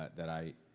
that i.